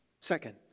Second